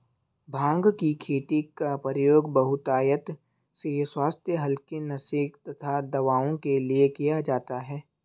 भांग की खेती का प्रयोग बहुतायत से स्वास्थ्य हल्के नशे तथा दवाओं के लिए किया जाता है